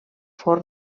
forn